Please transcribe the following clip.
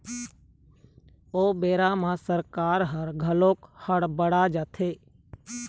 ओ बेरा म सरकार ह घलोक हड़ बड़ा जाथे